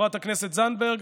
חברת הכנסת זנדברג,